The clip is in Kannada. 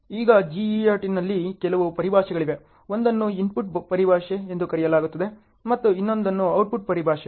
ಈಗ GERT ನಲ್ಲಿ ಕೆಲವು ಪರಿಭಾಷೆಗಳಿವೆ ಒಂದನ್ನು ಇನ್ಪುಟ್ ಪರಿಭಾಷೆ ಎಂದು ಕರೆಯಲಾಗುತ್ತದೆ ಮತ್ತು ಇನ್ನೊಂದು ಔಟ್ಪುಟ್ ಪರಿಭಾಷೆ